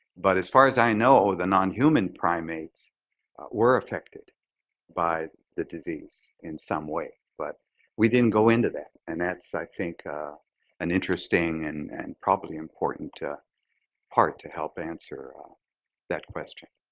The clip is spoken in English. but as far as i know, the nonhuman primates were affected by the disease in some way. but we didn't go into that and that's i think an interesting and probably important part to help answer ah that question.